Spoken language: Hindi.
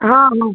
हाँ हाँ